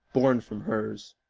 born from hers,